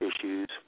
issues